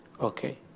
Okay